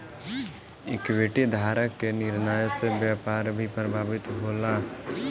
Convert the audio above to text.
equity धारक के निर्णय से व्यापार भी प्रभावित होला